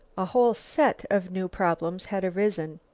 a whole set of new problems had arisen.